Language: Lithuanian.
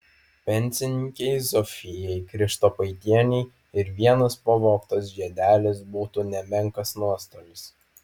pensininkei zofijai krištopaitienei ir vienas pavogtas žiedelis būtų nemenkas nuostolis